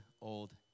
old